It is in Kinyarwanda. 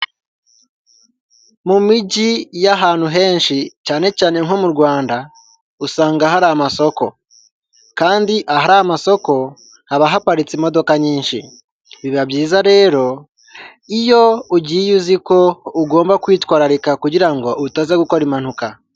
Mu mijyi y'ahantu henshi cyane cyane nko mu Rwanda usanga hari amasoko. Kandi ahari amasoko haba haparitse imodoka nyinshi, biba byiza rero iyo ugiye uzi ko ugomba kwitwararika kugirango utaza gukora impanuka.